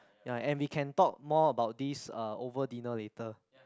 ya and we can talk more about this over dinner later